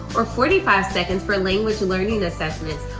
or forty five seconds for language learning assessments.